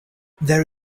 there